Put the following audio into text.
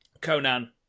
Conan